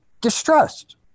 distrust